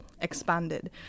expanded